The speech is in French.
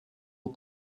aux